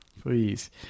please